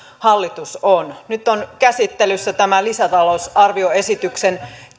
hallitus on nyt on käsittelyssä tämä lisätalousarvioesityksen